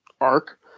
arc